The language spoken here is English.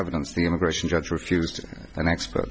evidence the immigration judge refused an expert